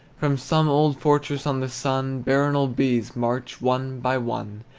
from some old fortress on the sun baronial bees march, one by one,